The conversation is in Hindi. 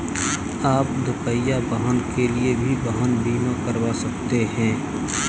आप दुपहिया वाहन के लिए भी वाहन बीमा करवा सकते हैं